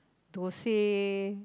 Thosai